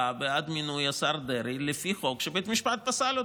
יביאו לך הצבעה בעד מינוי השר דרעי לפי חוק שבית המשפט פסל,